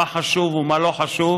מה חשוב ומה לא חשוב,